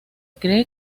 cree